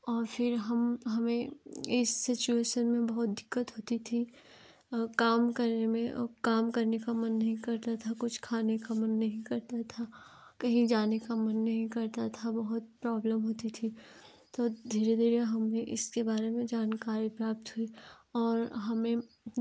और फिर हम हमें इस सिचुएसन में बहुत दिक्कत होती थी काम करने में अब काम करने का मन नहीं करता था कुछ खाने का मन नहीं करता था कहीं जाने का मन नहीं करता था बहुत प्रॉब्लम होती थी तो धीरे धीरे हमने इसके बारे में जानकारी प्राप्त हुई और हमें